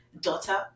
daughter